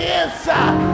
inside